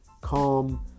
calm